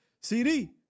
CD